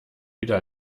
wieder